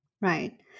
Right